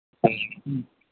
ꯎꯝ